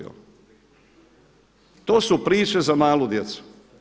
To su priče za malu djecu.